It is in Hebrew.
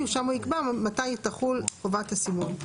ושם הוא יקבע מתי תחול חובת הסימון.